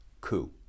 coup